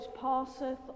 passeth